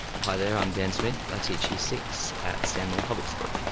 hi there, i'm dan smith. i teach year six at stanmore public school.